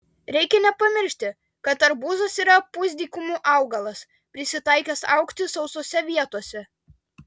reikia nepamiršti kad arbūzas yra pusdykumių augalas prisitaikęs augti sausose vietose